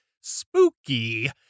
spooky